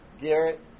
Garrett